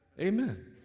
Amen